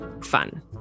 fun